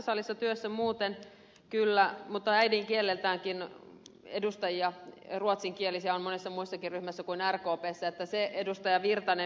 tässä salissa muuten kyllä äidinkieleltäänkin ruotsinkielisiä edustajia on monessa muussakin ryhmässä kuin rkpssä se vielä tarkennuksena teidän puheeseenne ed